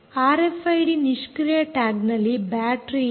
RFID ನಿಷ್ಕ್ರಿಯ tag ನಲ್ಲಿ battery ಇಲ್ಲ